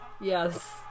Yes